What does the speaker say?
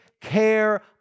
care